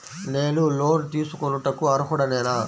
నేను లోన్ తీసుకొనుటకు అర్హుడనేన?